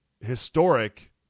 historic